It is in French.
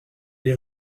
les